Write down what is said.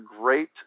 great